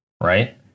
right